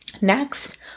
Next